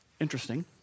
Interesting